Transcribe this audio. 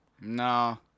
No